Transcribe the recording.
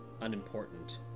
unimportant